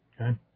Okay